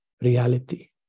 reality